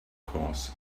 because